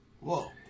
Whoa